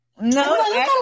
No